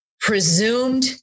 presumed